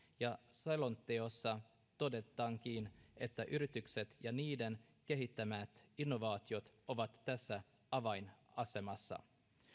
ja selonteossa todetaankin että yritykset ja niiden kehittämät innovaatiot ovat tässä avainasemassa